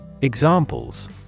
Examples